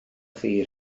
chi